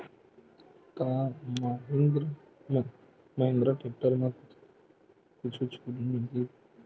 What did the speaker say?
का महिंद्रा टेक्टर म कुछु छुट मिलही?